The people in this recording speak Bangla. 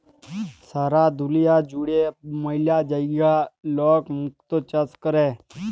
সারা দুলিয়া জুড়ে ম্যালা জায়গায় লক মুক্ত চাষ ক্যরে